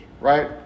right